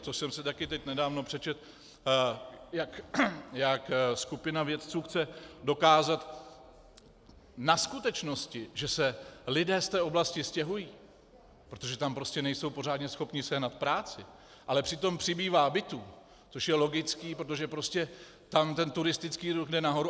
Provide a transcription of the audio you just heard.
To jsem si taky teď nedávno přečetl, jak skupina vědců chce dokázat na skutečnosti, že se lidé z té oblasti stěhují, protože tam prostě nejsou pořádně schopní sehnat práci, ale přitom přibývá bytů, což je logické, protože prostě tam ten turistický ruch jde nahoru.